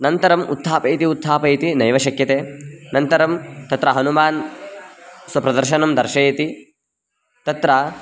अनन्तरम् उत्थापयति उत्थापयति नैव शक्यते अनन्तरं तत्र हनुमान् स्वप्रदर्शनं दर्शयति तत्र